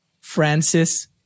Francis